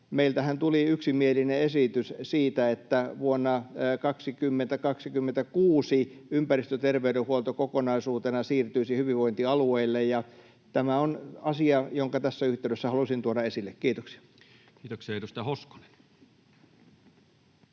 Meiltähän tuli yksimielinen esitys siitä, että vuonna 2026 ympäristöterveydenhuolto kokonaisuutena siirtyisi hyvinvointialueille, ja tämä on asia, jonka tässä yhteydessä halusin tuoda esille. — Kiitoksia. Kiitoksia. — Edustaja Hoskonen.